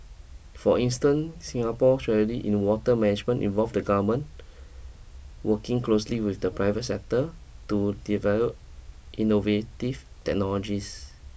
for instance Singapore strategy in water management involve the government working closely with the private sector to develop innovative technologies